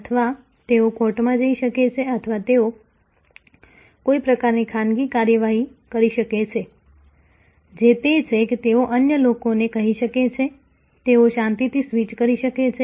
અથવા તેઓ કોર્ટમાં જઈ શકે છે અથવા તેઓ કોઈ પ્રકારની ખાનગી કાર્યવાહી કરી શકે છે જે તે છે કે તેઓ અન્ય લોકોને કહી શકે છે તેઓ શાંતિથી સ્વિચ કરી શકે છે